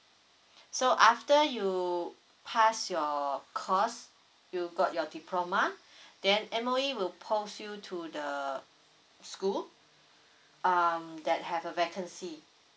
so after you pass your course you got your diploma then M_O_E will post you to the school um that have a vacancy